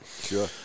Sure